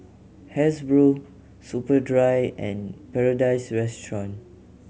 Hasbro Superdry and Paradise Restaurant